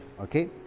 Okay